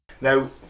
Now